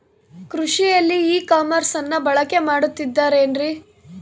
ಕೃಷಿಯಲ್ಲಿ ಇ ಕಾಮರ್ಸನ್ನ ಬಳಕೆ ಮಾಡುತ್ತಿದ್ದಾರೆ ಏನ್ರಿ?